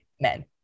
men